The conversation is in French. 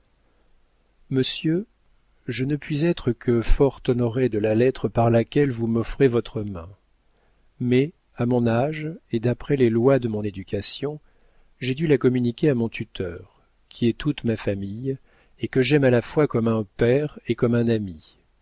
monsieur je ne puis être que fort honorée de la lettre par laquelle vous m'offrez votre main mais à mon âge et d'après les lois de mon éducation j'ai dû la communiquer à mon tuteur qui est toute ma famille et que j'aime à la fois comme un père et comme un ami